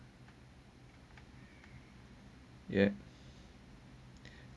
yup